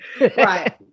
Right